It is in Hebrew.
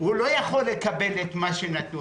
הוא לא יכול לקבל את מה שהביטוח נתן.